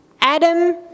Adam